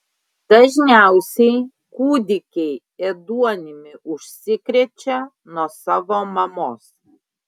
dažniausiai kūdikiai ėduonimi užsikrečia nuo savo mamos